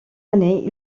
année